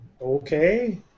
Okay